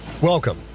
Welcome